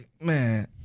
man